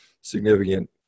significant